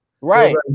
right